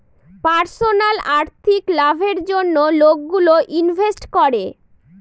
personal আর্থিক লাভের জন্য লোকগুলো ইনভেস্ট করে